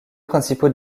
principaux